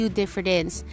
difference